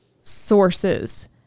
sources